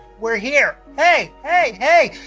we're here! hey! hey! hey!